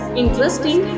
interesting